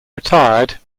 retired